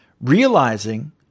Realizing